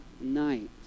night